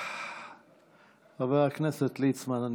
חבר הכנסת ליצמן,